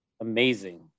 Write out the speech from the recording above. amazing